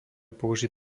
použiť